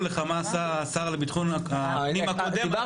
לך מה עשה השר לביטחון הפנים הקודם הקודם,